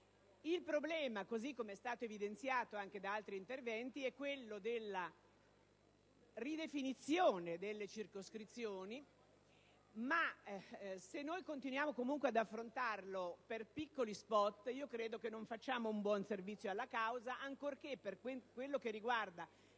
Il problema, così come è stato evidenziato anche da altri interventi, è quello della ridefinizione delle circoscrizioni. Ma, se noi continuiamo comunque ad affrontarlo per piccoli *spot*, credo che non facciamo un buon servizio alla causa, ancorché, per quello che riguarda